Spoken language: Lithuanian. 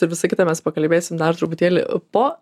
ir visa kita mes pakalbėsim dar truputėlį po